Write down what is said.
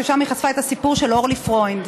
ששם היא חשפה את הסיפור של אורלי פרוינד.